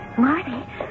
Marty